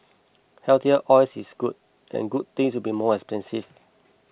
healthier oil is good and good things will be more expensive